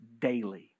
daily